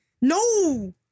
No